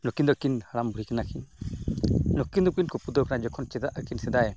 ᱱᱩᱠᱤᱱ ᱫᱚᱠᱤᱱ ᱦᱟᱲᱟᱢᱼᱵᱩᱲᱦᱤ ᱠᱟᱱᱟᱠᱤᱱ ᱱᱩᱠᱤᱱ ᱫᱚᱠᱤᱱ ᱠᱩᱯᱫᱟᱹᱣ ᱠᱟᱱᱟ ᱡᱚᱠᱷᱚᱱ ᱪᱮᱫᱟᱜ ᱟᱹᱠᱤᱱ ᱥᱮᱫᱟᱭ